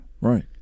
Right